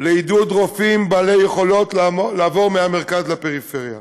לעידוד רופאים בעלי יכולות לעבור מהמרכז לפריפריה.